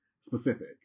specific